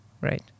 right